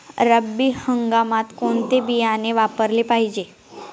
रब्बी हंगामात कोणते बियाणे वापरले पाहिजे?